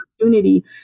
opportunity